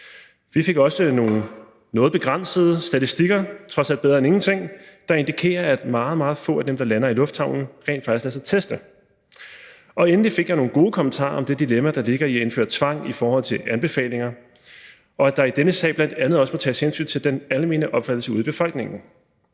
Vi fik også nogle noget begrænsede statistikker, trods alt bedre end ingenting, der indikerer, at meget, meget få af dem, der lander i lufthavnen, rent faktisk lader sig teste. Og endelig fik jeg nogle gode kommentarer til det dilemma, der ligger i at indføre tvang i forhold til anbefalinger, og at der i denne sag bl.a. også må tages hensyn til den almene opfattelse ude i befolkningen.